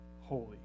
holy